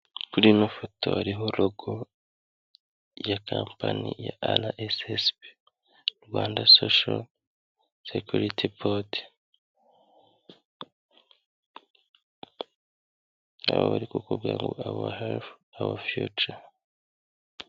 Kuri ino foto, hariho rogo ya kampani ya RSSB, Rwanda sosho sekiriti bodi, aho bari kukubwira ngo awa herifu awa fiyuca.